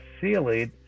sealed